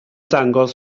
dangos